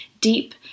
deep